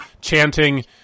chanting